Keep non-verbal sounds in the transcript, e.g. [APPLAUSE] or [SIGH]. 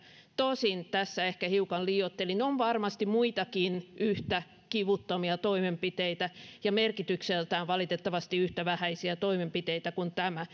tosin tässä ehkä hiukan liioittelin on varmasti muitakin yhtä kivuttomia toimenpiteitä ja merkitykseltään valitettavasti yhtä vähäisiä kuin tämä [UNINTELLIGIBLE]